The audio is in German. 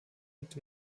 liegt